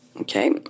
Okay